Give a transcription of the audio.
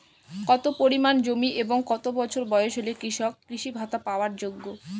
কত পরিমাণ জমি এবং কত বছর বয়স হলে কৃষক কৃষি ভাতা পাওয়ার যোগ্য?